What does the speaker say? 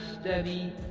steady